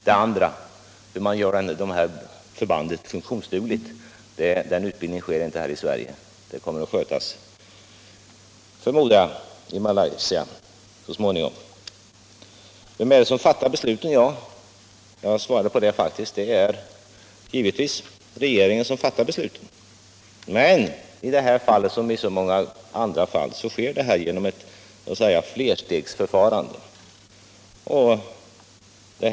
Den andra uppgiften, utbildningen för att få förbandet funktionsdugligt, är inte förlagd till Sverige. Den kommer, förmodar jag, så småningom att skötas i Malaysia. Jag har faktiskt redan svarat på frågan om vem som fattar besluten. Det är givetvis regeringen som gör det, men i det här fallet som i så många andra sker det genom ett flerstegsförfarande.